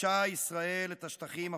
כבשה ישראל את השטחים הפלסטיניים,